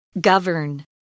Govern